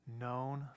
known